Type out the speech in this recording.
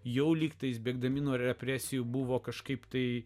jau lygtais bėgdami nuo represijų buvo kažkaip tai